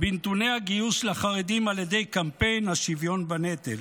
בנתוני הגיוס של החרדים על ידי קמפיין השוויון בנטל,